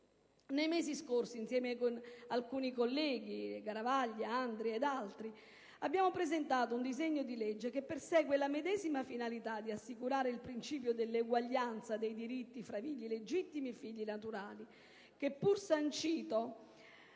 Nei mesi scorsi, insieme ad alcuni colleghi, tra cui i senatori Andria e Mariapia Garavaglia, ho presentato un disegno di legge che persegue la medesima finalità di assicurare il principio dell'eguaglianza dei diritti tra figli legittimi e figli naturali che, pur sancito